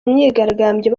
myigaragambyo